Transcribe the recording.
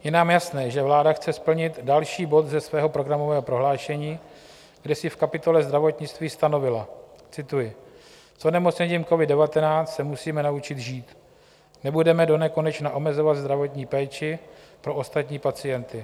Je nám jasné, že vláda chce splnit další bod ze svého programového prohlášení, kde si v kapitole Zdravotnictví stanovila cituji: S onemocněním covid19 se musíme naučit žít, nebudeme donekonečna omezovat zdravotní péči pro ostatní pacienty.